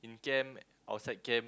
in camp outside camp